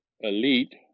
Elite